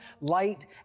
light